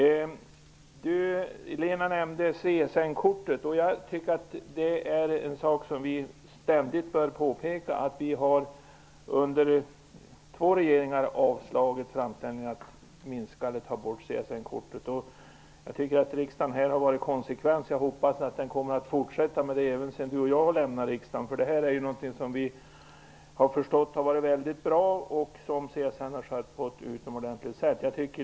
Lena nämnde CSN-kortet, och jag tycker vi ständigt bör påpeka att vi under två regeringar har avslagit framställningar om att minska omfattningen av eller ta bort CSN-kortet. Jag tycker att riksdagen här har varit konsekvent och hoppas att den kommer att fortsätta med det även sedan vi båda har lämnat riksdagen. Vi har ju förstått att detta har varit något väldigt bra, som CSN har skött på ett utomordentligt sätt.